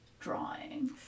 drawing